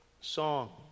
song